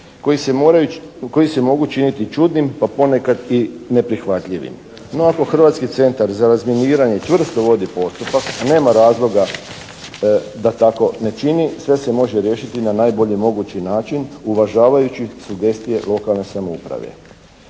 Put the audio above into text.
koji se mogu činiti čudnim pa ponekad i neprihvatljivim. No ako Hrvatski centar za razminiranje čvrsto vodi postupak, nema razloga da tako ne čini, sve se može riješiti na najbolji mogući način uvažavajući sugestije lokalne samouprave.